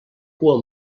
cua